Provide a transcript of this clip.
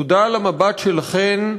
תודה על המבט שלכן,